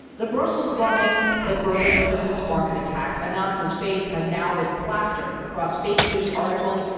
the brussels bombing, the berlin christmas market attack, anas's face has now been plastered across fake news articles,